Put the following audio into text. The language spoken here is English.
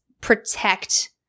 protect